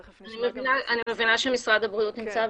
תכף נשאל את משרד הבריאות.